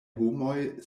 homoj